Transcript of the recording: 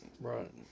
right